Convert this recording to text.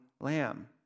lamb